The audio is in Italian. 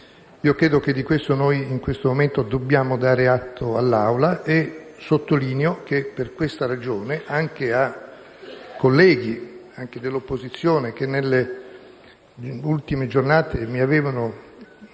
Io credo che di questo noi, in questo momento, dobbiamo dare atto all'Assemblea. Sottolineo che per questa ragione, ai colleghi dell'opposizione che nelle ultime giornate avevano